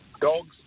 Dogs